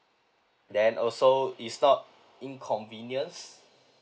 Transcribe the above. then also it's not inconvenience